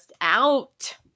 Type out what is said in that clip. out